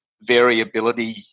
variability